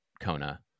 Kona